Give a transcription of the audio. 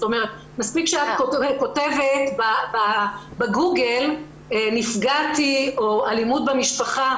מספיק שאת כותבת בגוגל את המילה "נפגעתי" או את המילים "אלימות במשפחה"